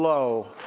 low.